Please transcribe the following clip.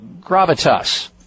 gravitas